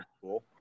cool